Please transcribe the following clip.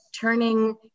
turning